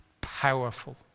powerful